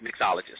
mixologist